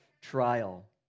trial